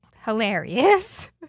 hilarious